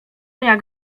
jak